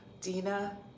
Dina